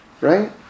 Right